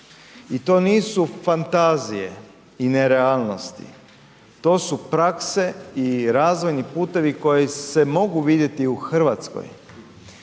I to nisu fantazije i nerealnosti, to su prakse i razvojni putevi koji se mogu vidjeti u Hrvatskoj.